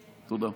תודה.